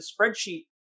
spreadsheet